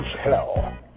hell